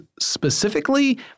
specifically